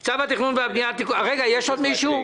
יש עוד מישהו?